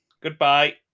Goodbye